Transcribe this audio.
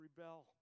rebel